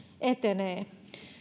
etenee